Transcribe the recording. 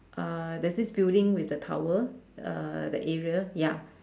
uh there's this building with the tower uh that area ya